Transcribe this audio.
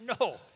no